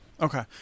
Okay